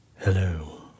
Hello